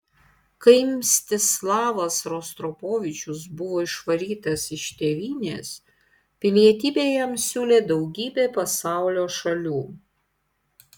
kai mstislavas rostropovičius buvo išvarytas iš tėvynės pilietybę jam siūlė daugybė pasaulio šalių